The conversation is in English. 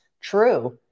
True